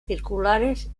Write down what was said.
circulares